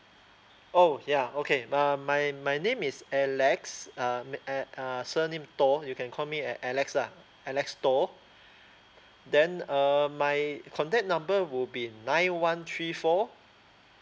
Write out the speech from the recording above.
oh ya okay um my my name is alex uh and uh surname toh you can call me at alex lah and alex toh then uh my contact number will be nine one three four